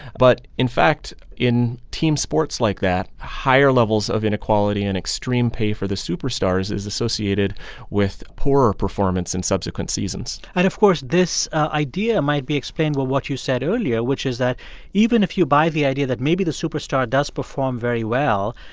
but, in fact, in team sports like that, higher levels of inequality and extreme pay for the superstars is associated with poorer performance in subsequent seasons and, of course, this idea might be explained by what you said earlier, which is that even if you buy the idea that maybe the superstar does perform very well,